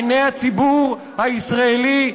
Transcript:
עיני הציבור הישראלי,